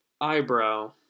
Eyebrow